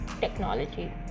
technology